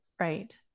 Right